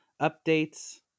updates